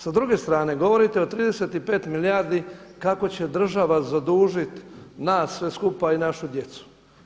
Sa druge strane, govorite o 35 milijardi kako će država zadužiti nas sve skupa i našu djecu.